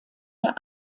der